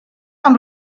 amb